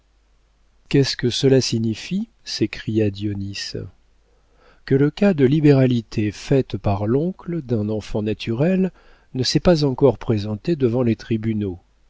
qu'est-ce que cela signifie s'écria dionis que le cas de libéralités faites par l'oncle d'un enfant naturel ne s'est pas encore présenté devant les tribunaux